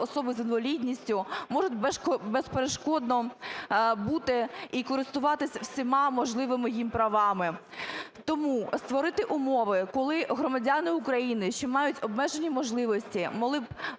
особи з інвалідністю можуть безперешкодно бути і користуватись всіма можливими їм правами. Тому створити умови, коли громадяни України, що мають обмежені можливості, могли б